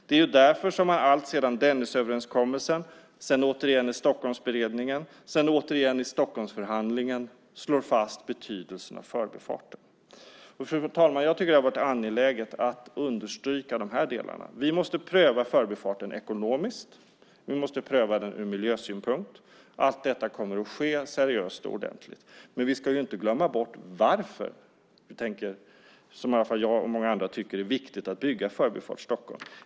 Det är därför man alltsedan Dennisöverenskommelsen, därefter i Stockholmsberedningen och sedan i Stockholmsförhandlingen slår fast betydelsen av förbifarten. Fru talman! Jag tycker att det varit angeläget att understryka dessa delar. Vi måste pröva förbifarten ekonomiskt och ur miljösynpunkt. Allt detta kommer att ske seriöst och ordentligt. Vi ska inte glömma bort varför jag och många andra tycker att det är viktigt att bygga Förbifart Stockholm.